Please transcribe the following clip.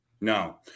No